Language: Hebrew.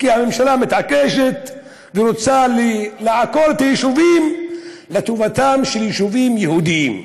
כי הממשלה מתעקשת ורוצה לעקור את היישובים לטובתם של יישובים יהודיים.